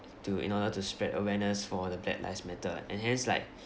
to in order to spread awareness for the black lives matter and hence like